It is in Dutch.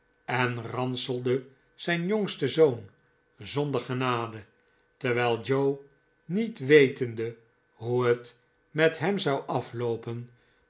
en ranselde zijn jongsten zoon zonder genade terwijl joe niet wetende hoe het met hem zou ailoopen